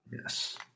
Yes